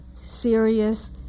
serious